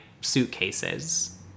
suitcases